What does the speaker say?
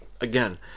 again